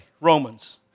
Romans